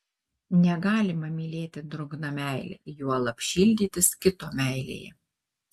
negalima mylėti drungna meile juolab šildytis kito meilėje